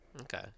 Okay